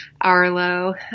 Arlo